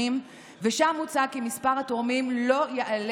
מוצע כי עובד הציבור לא יקבל